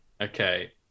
Okay